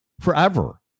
forever